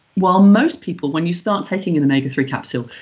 while most people, when you start taking an omega three capsule,